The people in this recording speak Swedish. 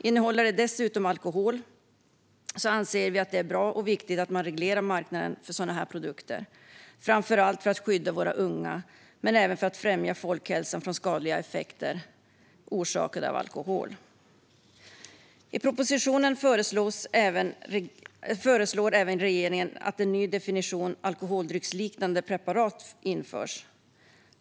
Innehåller de dessutom alkohol anser vi att det är bra och viktigt att man reglerar marknaden för sådana produkter, framför allt för att skydda våra unga men även för att främja folkhälsan och hindra skadliga effekter orsakade av alkohol. I propositionen föreslår regeringen att en ny definition, alkoholdrycksliknande preparat, ska införas.